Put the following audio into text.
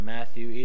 Matthew